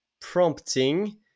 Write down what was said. prompting